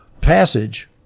passage